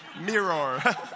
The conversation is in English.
Mirror